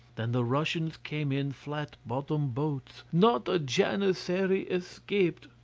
than the russians came in flat-bottomed boats not a janissary escaped.